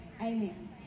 amen